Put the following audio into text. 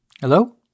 Hello